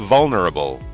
Vulnerable